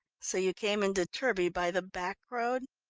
so you came into turbie by the back road?